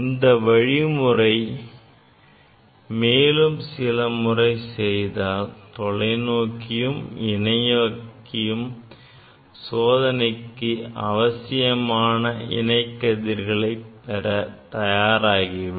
இந்த வழிமுறையை மேலும் சில முறை செய்தால் தொலைநோக்கியும் இணையாக்கியும் சோதனைக்கு அவசியமான இணை கதிர்களை பெற தயாராகிவிடும்